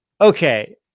Okay